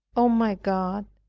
oh, my god,